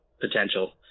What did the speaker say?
potential